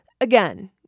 again